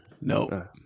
no